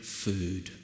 food